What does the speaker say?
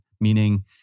Meaning